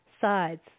sides